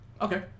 Okay